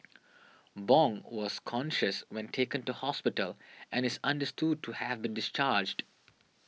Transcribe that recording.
Bong was conscious when taken to hospital and is understood to have been discharged